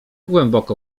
głęboko